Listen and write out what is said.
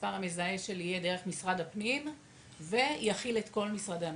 שהמספר המזהה שלי יהיה דרך משרד הפנים ויכיל את כל משרדי הממשלה?